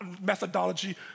methodology